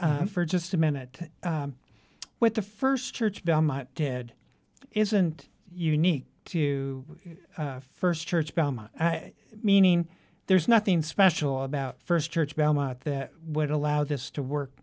for just a minute what the first church down my head isn't unique to first church meaning there's nothing special about first church belmont that would allow this to work